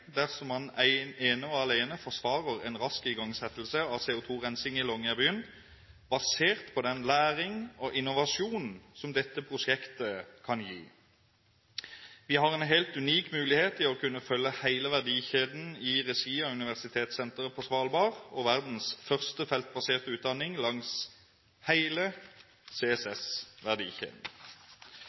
dersom man ene og alene forsvarer en rask igangsettelse av CO2-rensing i Longyearbyen, basert på den læring og innovasjon som dette prosjektet kan gi. Vi har en helt unik mulighet til å kunne følge hele verdikjeden i regi av Universitetssenteret på Svalbard og verdens første feltbaserte utdanning langs